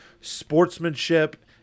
sportsmanship